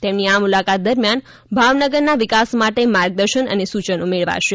તેમની આ મુલાકાત દરમિયાન ભાવનગરના વિકાસ માટે માર્ગદર્શન ને સૂચનો મેળવાશે